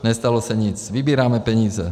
Nestalo se nic, vybíráme peníze.